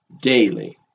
daily